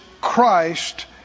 Christ